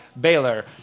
Baylor